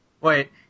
Wait